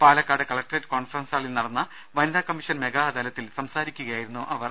Palakkad collectorate conference ഹാളിൽ വനിത commission mega അദാലത്തിൽ നടന്ന സംസാരിക്കുകയായിരുന്നു അവർ